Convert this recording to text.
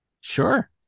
Sure